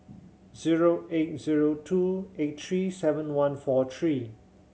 zero eight zero two eight three seven one four three